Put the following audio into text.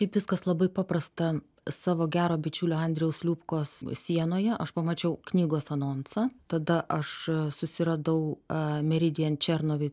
taip viskas labai paprasta savo gero bičiulio andrijaus liubkos sienoje aš pamačiau knygos anonsą tada aš susiradau a meridian černovic a